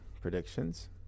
predictions